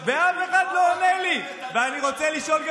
אני רק מעדכן אותך שהזמן תם.